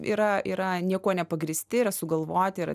yra yra niekuo nepagrįsti yra sugalvoti yra